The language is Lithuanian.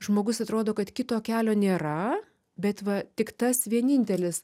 žmogus atrodo kad kito kelio nėra bet va tik tas vienintelis